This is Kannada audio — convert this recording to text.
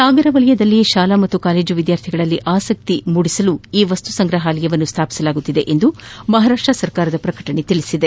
ಸಾಗರ ವಲಯದಲ್ಲಿ ಶಾಲಾ ಮತ್ತು ಕಾಲೇಜು ವಿದ್ಯಾರ್ಥಿಗಳಿಗೆ ಆಸಕ್ತಿ ಬೆಳೆಸಲು ಈ ವಸ್ತುಸಂಗ್ರಹಾಲಯವನ್ನು ಸ್ಥಾಪಿಸಲಾಗುತ್ತಿದೆ ಎಂದು ರಾಜ್ಯ ಸರ್ಕಾರದ ಪ್ರಕಟಣೆ ತಿಳಿಸಿದೆ